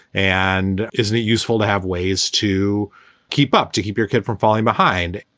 and isn't it useful to have ways to keep up to keep your kid from falling behind?